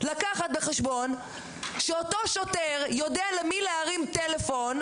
לקחת בחשבון שאותו שוטר יודע למי להרים טלפון,